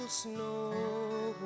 snow